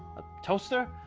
a toaster?